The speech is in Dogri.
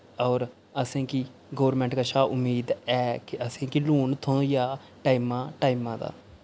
और असें गी गौरमैंट कशा उम्मीद ऐ कि असें गी लोन थ्होई जा टाइमा टाइमा दा